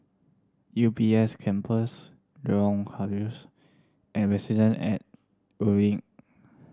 U B S Campus Lorong Halus and Residence at Evelyn